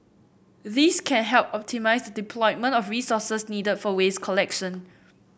this can help optimise the deployment of resources needed for waste collection